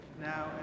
now